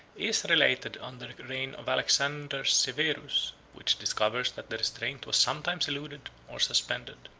is related under the reign of alexander severus, which discovers that the restraint was sometimes eluded or suspended,